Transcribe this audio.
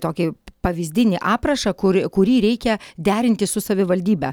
tokį pavyzdinį aprašą kur kurį reikia derinti su savivaldybe